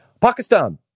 Pakistan